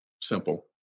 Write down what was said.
Simple